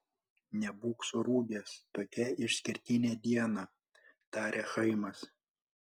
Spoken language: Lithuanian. nebūk surūgęs tokią išskirtinę dieną tarė chaimas